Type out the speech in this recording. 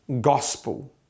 gospel